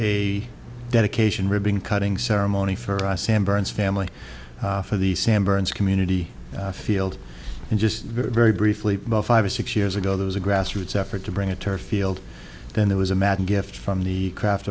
a dedication ribbon cutting ceremony for assam burns family for the sand burns community field and just very briefly about five or six years ago there was a grassroots effort to bring a turf field then there was a mad gift from the craft